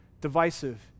divisive